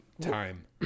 time